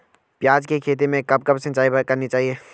प्याज़ की खेती में कब कब सिंचाई करनी चाहिये?